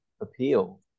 appeal